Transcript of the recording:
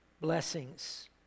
blessings